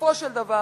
שבסופו של דבר,